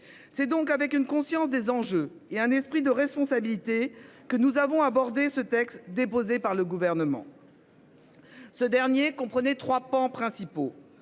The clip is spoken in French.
C'est donc avec une conscience des enjeux et un esprit de responsabilité, que nous avons abordé ce texte déposé par le gouvernement. Ce dernier comprenait 3 pans principaux